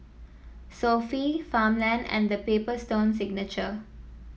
Sofy Farmland and The Paper Stone Signature